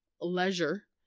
leisure